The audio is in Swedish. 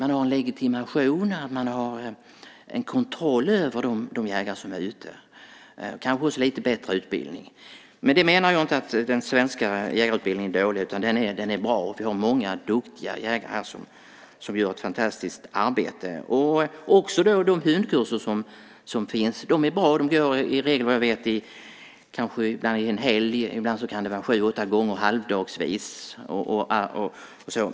Man har en legitimation, och man har en kontroll över de jägare som är ute - kanske också lite bättre utbildning. Med det menar jag inte att den svenska jägarutbildningen är dålig. Den är bra. Vi har många duktiga jägare här som gör ett fantastiskt arbete. De hundkurser som finns är också bra. De ges i regel, vad jag vet, under en helg. Ibland kan det vara sju åtta gånger halvdagsvis och så.